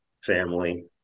family